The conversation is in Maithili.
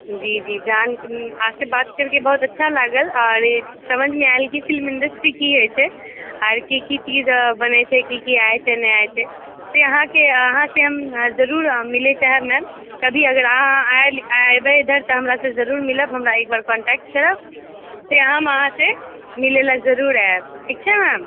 जी जी जानिके अहाँसँ बात करिके बहुत अच्छा लागल आओर समझमे आयल कि फिल्म इंडस्ट्री की होइत छै आर की की चीज बनैत छै की की अयतै नहि अयतै से अहाँसँ हम जरूर मिलय चाहब मैम कभी अगर अहाँ अयबै इधर तऽ हमरासँ जरूर मिलब हमरा एकबेर कांटेक्ट करब फेर हम अहाँसँ मिलय लेल जरूर आयब ठीक छै मैम